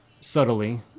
subtly